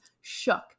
shook